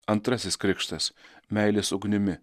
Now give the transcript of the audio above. antrasis krikštas meilės ugnimi